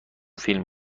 فیلم